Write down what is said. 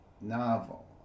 novel